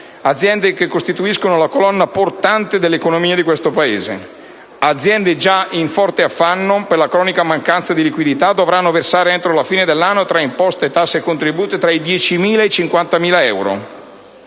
aziende che costituiscono la colonna portante dell'economia di questo Paese. Le aziende, già in forte affanno per la cronica mancanza di liquidità, dovranno versare entro la fine dell'anno, tra imposte, tasse e contributi, tra i 10.000 e i 50.000 euro.